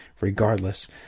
regardless